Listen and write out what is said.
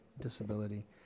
disability